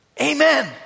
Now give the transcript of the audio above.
Amen